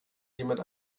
jemand